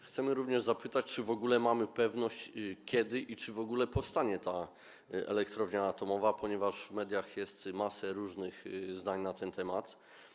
Chcemy również zapytać, czy w ogóle mamy tu pewność, kiedy i czy w ogóle powstanie ta elektrownia atomowa, ponieważ w mediach jest masa różnych zdań na ten temat.